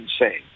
insane